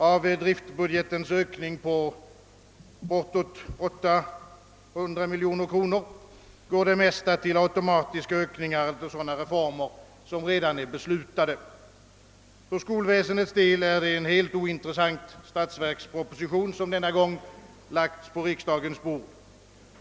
Av driftbudgetens ökning på bortåt 800 miljoner kronor går det mesta till automatiska ökningar eller till reformer som redan är beslutade. För skolväsendets del är det en helt ointressant statsverksproposition som denna gång lagts på riksdagens bord.